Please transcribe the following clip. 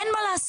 אין מה לעשות,